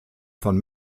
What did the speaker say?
von